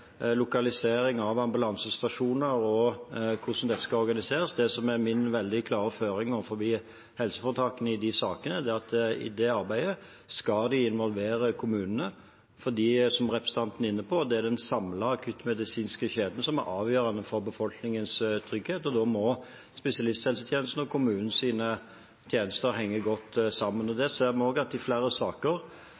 lokalisering av ambulansestasjoner og hvordan dette skal organiseres. Det som er min veldig klare føring overfor helseforetakene i disse sakene, er at de i det arbeidet skal involvere kommunene, for, som representanten er inne på, er det den samlede akuttmedisinske kjeden som er avgjørende for befolkningens trygghet. Da må spesialisthelsetjenestens og kommunens tjenester henge godt sammen.